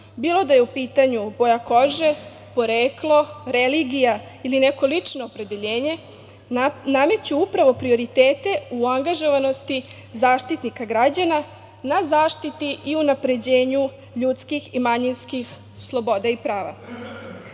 bilo da je u pitanju boja kože, poreklo, religija ili neko lično opredeljenje, nameću upravo prioritete u angažovanosti Zaštitnika građana na zaštiti i unapređenju ljuskih i manjinskih sloboda i prava. Sam